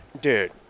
Dude